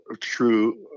true